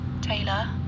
Taylor